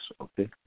okay